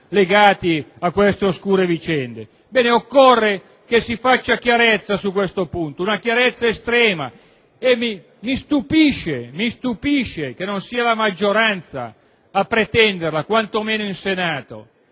legati a queste oscure vicende. Bene, occorre che si faccia chiarezza su questo punto, una chiarezza estrema. Mi stupisce che non sia la maggioranza a pretenderla, quantomeno in Senato.